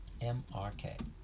MRK